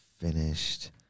Finished